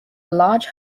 large